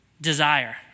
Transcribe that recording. desire